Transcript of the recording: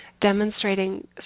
demonstrating